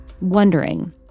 Wondering